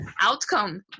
outcome